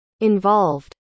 involved